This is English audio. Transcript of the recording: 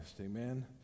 Amen